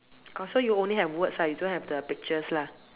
oh so you only have words ah you don't have the pictures lah